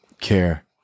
care